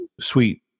sweet